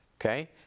Okay